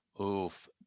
Oof